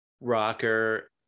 rocker